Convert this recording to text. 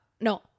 no